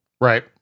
right